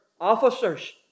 officers